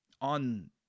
On